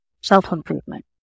self-improvement